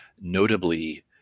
notably